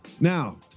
Now